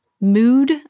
mood